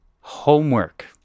homework